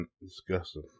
disgusting